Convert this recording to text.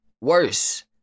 worse